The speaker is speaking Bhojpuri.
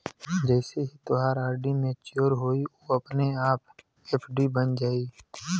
जइसे ही तोहार आर.डी मच्योर होइ उ अपने आप एफ.डी बन जाइ